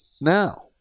now